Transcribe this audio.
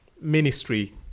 ministry